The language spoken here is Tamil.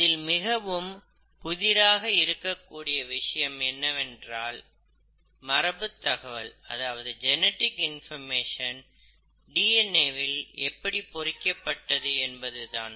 இதில் மிகவும் புதிராக இருக்கக் கூடிய விஷயம் என்னவென்றால் மரபுத் தகவல் டி என் ஏ வில் எப்படி பொறிக்கப்பட்டது என்பதுதான்